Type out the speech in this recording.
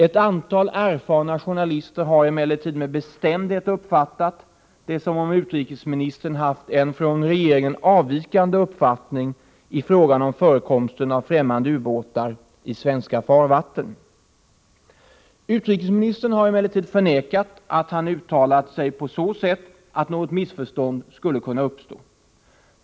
Ett antal erfarna journalister har emellertid med bestämdhet uppfattat det som om utrikesministern har haft en från regeringen avvikande uppfattning i fråga om förekomsten av främmande ubåtar i svenska farvatten. Utrikesministern har emellertid förnekat att han uttalat sig på så sätt att något missförstånd skulle ha kunnat uppstå.